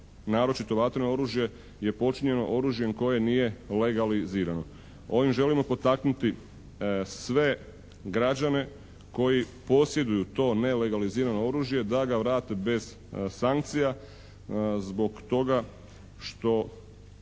naročito vatreno oružje je počinjeno oružjem koje nije legalizirano. Ovim želimo potaknuti sve građane koji posjeduju to nelegalizirano oružje da ga vrate bez sankcija zbog toga što